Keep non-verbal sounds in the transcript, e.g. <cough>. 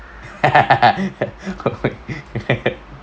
<laughs>